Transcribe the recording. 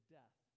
death